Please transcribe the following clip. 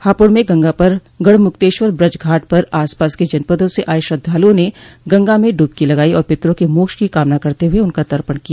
हापुड़ में गंगा पर गढ़मुक्तेश्वर ब्रज घाट पर आसपास के जनपदां से आये श्रद्धालुओं ने गंगा में ड़बकी लगाई और पितरों के मोक्ष की कामना करते हुए उनका तर्पण किया